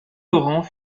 laurent